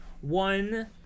One